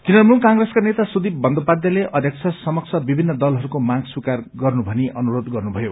तृणमूल नेता सुदिप बन्दोपाध्यायले अध्यक्ष समक्ष विभिन्न दलहरूको माग स्वीकार गर्नु भनी अनुरोध गर्नुभयो